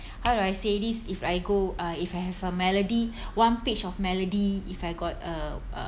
how do I say this if I go uh if I have a melody one page of melody if I got a uh